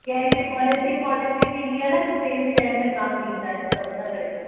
कंहिं कंहिं कॉलेज जी पॉलिसी थींदी आहे न सेम शेहर में कोन्ह ॾींदा आहिनि त इन करे पुछियां पयी